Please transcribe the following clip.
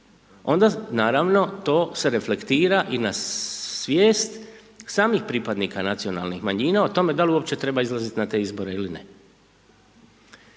onda naravno to se reflektira i na svijest samih pripadnika nacionalnih manjina o tome dal uopće treba izlaziti na te izbore ili ne.